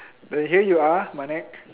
like here you are Mannek